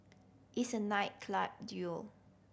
it's a night club duel